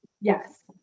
Yes